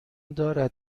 دارد